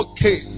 Okay